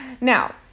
Now